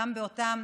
גם באותם